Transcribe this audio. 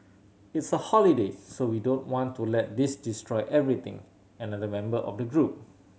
it's a holiday so we don't want to let this destroy everything another member of the group